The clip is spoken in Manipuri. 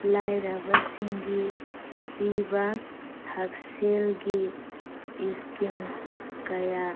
ꯂꯥꯏꯔꯕꯁꯤꯡꯒꯤ ꯄꯤꯕ ꯍꯛꯁꯦꯜꯒꯤ ꯏꯁꯀꯤꯝ ꯀꯌꯥ